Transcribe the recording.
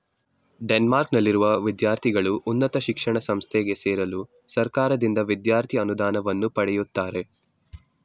ಡೆನ್ಮಾರ್ಕ್ನಲ್ಲಿರುವ ವಿದ್ಯಾರ್ಥಿಗಳು ಉನ್ನತ ಶಿಕ್ಷಣ ಸಂಸ್ಥೆಗೆ ಸೇರಲು ಸರ್ಕಾರದಿಂದ ವಿದ್ಯಾರ್ಥಿ ಅನುದಾನವನ್ನ ಪಡೆಯುತ್ತಾರೆ